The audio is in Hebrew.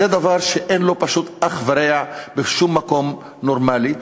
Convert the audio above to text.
זה דבר שאין לו פשוט אח ורע בשום מקום נורמלי.